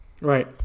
Right